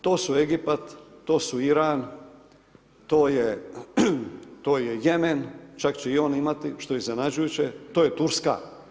To su Egipat, to su Iran, to je Jemen, čak će i on imati što je iznenađujuće, to je Turska.